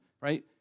right